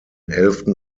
elften